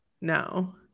No